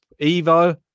Evo